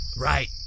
Right